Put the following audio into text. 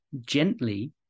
gently